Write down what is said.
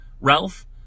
Ralph